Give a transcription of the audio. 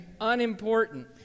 Unimportant